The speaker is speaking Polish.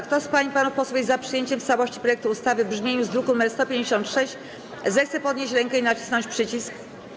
Kto z pań i panów posłów jest za przyjęciem w całości projektu ustawy w brzmieniu z druku nr 156, zechce podnieść rękę i nacisnąć przycisk.